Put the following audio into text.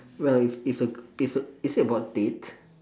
well if if a if a is it about the date